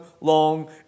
long